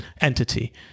entity